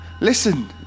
Listen